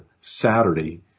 Saturday